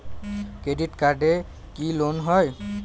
Credit কার্ডে কি loan হয়?